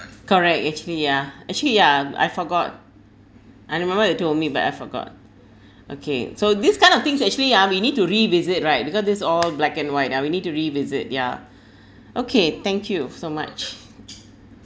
correct actually ya actually ya I forgot I remember you told me but I forgot okay so this kind of things actually ah we need to revisit right because this all black and white ah we need to revisit ya okay thank you so much